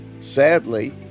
sadly